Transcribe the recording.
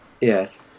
yes